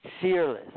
fearless